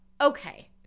okay